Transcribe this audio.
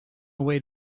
away